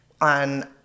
on